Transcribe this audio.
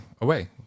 away